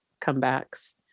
comebacks